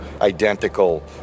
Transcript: identical